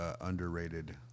underrated